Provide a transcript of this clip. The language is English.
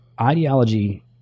ideology